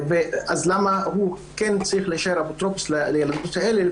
אז למה הוא כן צריך להישאר אפוטרופוס לילדות האלה,